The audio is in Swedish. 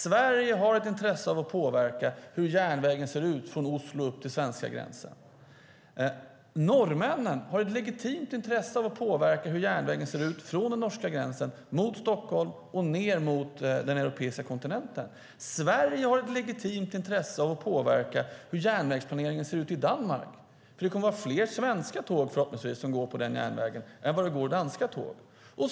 Sverige har ett intresse av att påverka hur järnvägen ser ut från Oslo till svenska gränsen. Norrmännen har ett legitimt intresse av att påverka hur järnvägen ser ut från den norska gränsen mot Stockholm och ned mot europeiska kontinenten. Sverige har ett legitimt intresse av att påverka hur järnvägsplaneringen ser ut i Danmark. Det kommer förhoppningsvis att vara fler svenska tåg som går på den järnvägen än danska tåg.